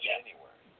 January